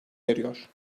eriyor